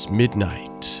midnight